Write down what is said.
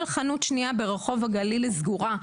כל חנות שנייה ברחוב הגליל סגורה.